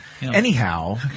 Anyhow